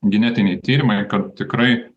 genetiniai tyrimai kad tikrai